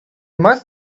must